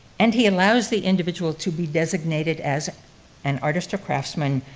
and he allows the individual to be designated as an artist or craftsman,